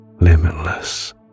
limitless